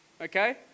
okay